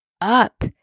up